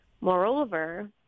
Moreover